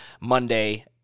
Monday